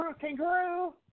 Kangaroo